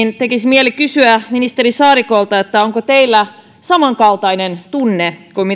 tekisi mieli kysyä ministeri saarikolta onko teillä samankaltainen tunne kuin